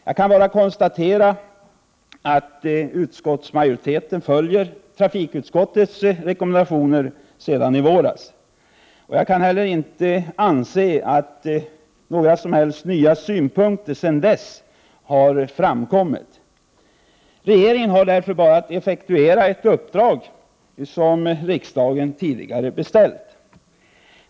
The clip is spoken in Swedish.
Jag kan bara konstatera att utskottsmajoriteten följer trafikutskottets rekommendationer sedan i våras. Jag kan heller inte anse att några som helst nya synpunkter sedan dess har framkommit. Regeringen har därför bara att effektuera ett uppdrag som riksdagen tidigare meddelat.